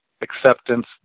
acceptance